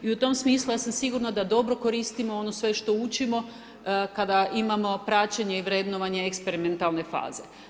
I u tom smislu ja sam sigurna da dobro koristimo ono sve što učimo kada imamo praćenje i vrednovanje eksperimentalne faze.